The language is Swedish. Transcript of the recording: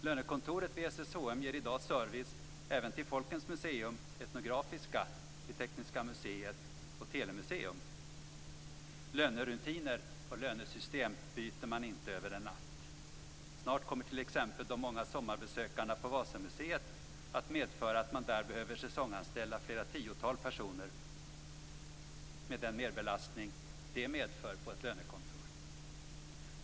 Lönekontoret vid SSHM ger i dag service även till Folkens museum - etnografiska, Tekniska museet och Telemuseum. Lönerutiner och lönesystem byter man inte över en natt. Snart kommer t.ex. de många sommarbesökarna på Vasamuseet att medföra att man behöver säsonganställa flera tiotal personer, med den merbelastning det medför på lönekontoret.